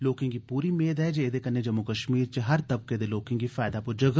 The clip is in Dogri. लोकें गी पूरी मेद ऐ जे एह्दे कन्नै जम्मू कश्मीर च हर तबके दे लोकें गी फायदा पुज्जोग